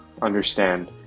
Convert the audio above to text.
understand